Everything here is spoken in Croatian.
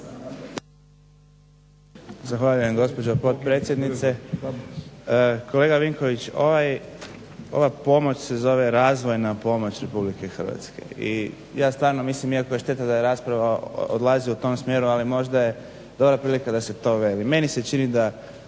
Zahvaljujem gospođo potpredsjednice. Kolega Vinković ova pomoć se zove razvojna pomoć RH i ja stvarno mislim iako je šteta da rasprava odlazi u tom smjeru ali možda je dobra prilika da se to veli. Meni se čini da